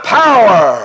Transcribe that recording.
power